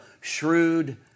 shrewd